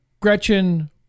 Gretchen